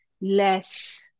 less